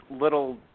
little